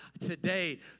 Today